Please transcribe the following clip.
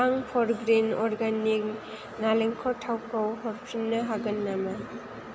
आं फरग्रिन अरगेनिक नालेंखर थावखौ हरफिन्नो हागोन नामा